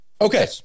okay